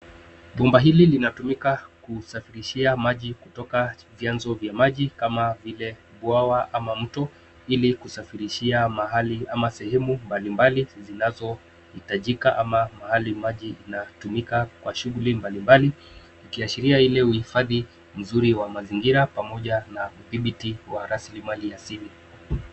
Bomba hili linatumika kusafirishia maji kutoka vyanzo vya maji, kama vile bwawa ama mto, ilikusafirishia mahali ama sehemu mbali mbali zinazohitajika, ama mahali maji inatumika kwa shughuli mbali mbali. Ikiashiria ile uhifadhi mzuri wa mazingira pamoja na udhibiti wa rasilimali asili.